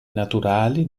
naturali